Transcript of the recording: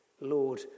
Lord